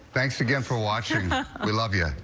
thanks again for watching we love you.